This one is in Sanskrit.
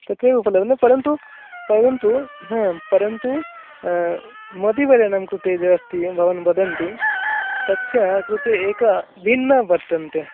तत्रैव उपलब्य न परन्तु परन्तु परन्तु मतिवर्याणां कृते यत् अस्ति भवान् वदन्ति तस्य कृते एकः भिन्नः वर्तन्ते